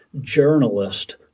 journalist